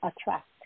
attract